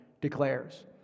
declares